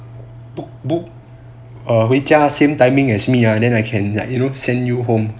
book book err 回家 same timing as me ya then I can like you know send you home